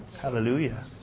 Hallelujah